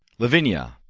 lavinia,